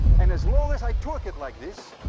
and as long as i torque it like this,